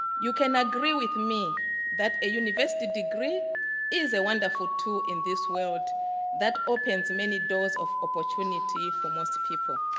you can agree with me that a university degree is a wonderful tool in this world that opens many doors of opportunity for most people.